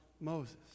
Moses